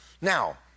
Now